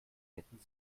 hätten